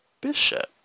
Bishop